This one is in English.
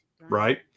right